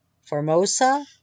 Formosa